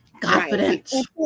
confidence